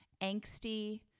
angsty